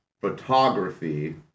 photography